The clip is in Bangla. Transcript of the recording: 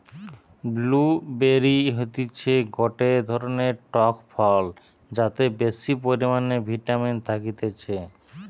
ব্লু বেরি হতিছে গটে ধরণের টক ফল যাতে বেশি পরিমানে ভিটামিন থাকতিছে